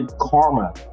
karma